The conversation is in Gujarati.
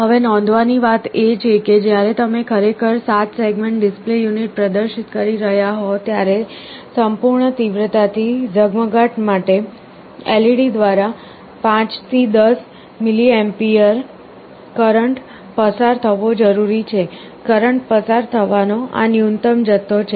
હવે નોંધવાની વાત એ છે કે જ્યારે તમે ખરેખર 7 સેગમેન્ટ ડિસ્પ્લે યુનિટ પ્રદર્શિત કરી રહ્યા હો ત્યારે સંપૂર્ણ તીવ્રતા થી ઝગમગાટ માટે LED દ્વારા 5 થી 10 mAmp કરંટ પસાર થવો જરૂરી છે કરંટ પસાર થવાનો આ ન્યૂનતમ જથ્થો છે